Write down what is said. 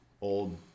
old